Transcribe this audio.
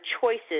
choices